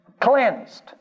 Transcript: Cleansed